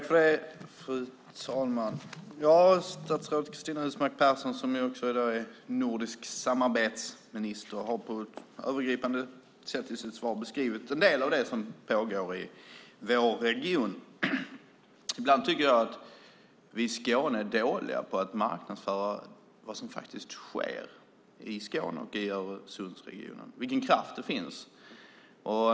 Fru talman! Statsrådet Cristina Husmark Pehrsson som också är nordisk samarbetsminister har på ett övergripande sätt i sitt svar beskrivit en del av det som pågår i vår region. Ibland tycker jag att vi i Skåne är dåliga på att marknadsföra vad som sker i Skåne och Öresundsregionen och vilken kraft det finns.